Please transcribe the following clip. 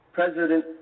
President